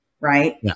right